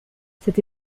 cette